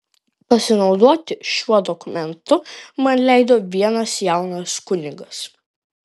pasinaudoti šiuo dokumentu man leido vienas jaunas kunigas